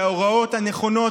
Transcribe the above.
שההוראות הנכונות,